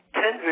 ten